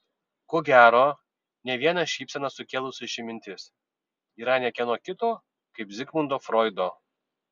ko gero ne vieną šypseną sukėlusi ši mintis yra ne kieno kito kaip zigmundo froido